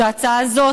זו ההצעה הזאת,